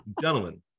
gentlemen